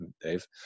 Dave